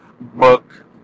book